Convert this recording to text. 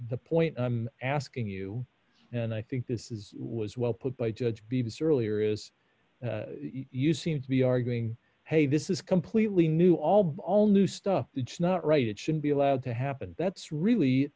the point i'm asking you and i think this is was well put by judge beebs earlier is you seem to be arguing hey this is completely new all ball new stuff it's not right it should be allowed to happen that's really